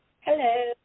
Hello